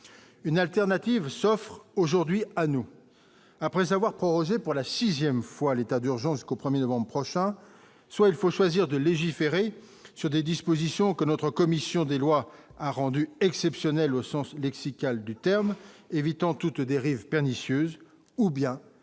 une alternative s'offrent aujourd'hui à nous après avoir posé pour la 6ème fois l'état d'urgence qu'au 1er novembre prochain, soit il faut choisir de légiférer sur des dispositions que notre commission des lois a rendu exceptionnel au sens lexical de termes évitant toute dérive pernicieuse ou bien